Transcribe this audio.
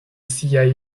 siaj